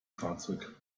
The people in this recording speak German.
fahrzeug